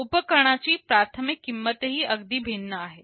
आणि उपकरणांची प्राथमिक किंमतही अगदी भिन्न आहे